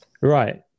Right